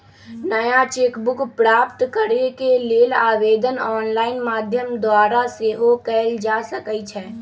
नया cheque book प्राप्त करेके लेल आवेदन ऑनलाइन माध्यम द्वारा सेहो कएल जा सकइ छै